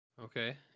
Okay